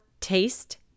taste